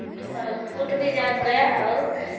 तो और फूट भी गया और